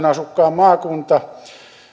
asukkaan maakunta